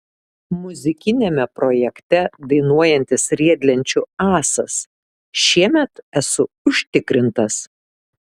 muzikiniame projekte dainuojantis riedlenčių ąsas šiemet esu užtikrintas